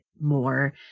more